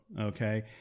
okay